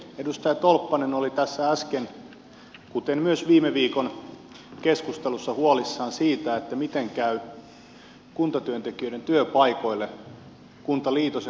edustaja tolppanen oli tässä äsken kuten myös viime viikon keskustelussa huolissaan siitä miten käy kuntatyöntekijöiden työpaikoille kuntaliitos ja kuntauudistustilanteessa